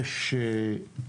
שביקשו לדבר.